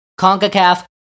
CONCACAF